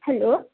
hello